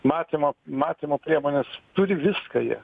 matymo matymo priemones turi viską jie